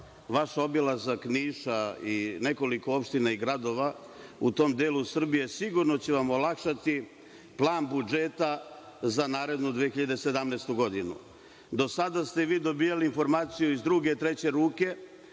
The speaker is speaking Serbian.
Vaš obilazak Niša i nekoliko opština i gradova u tom delu Srbije sigurno će vam olakšati plan budžeta za narednu 2017. godinu. Do sada ste vi dobijali informacije iz druge, treće ruke,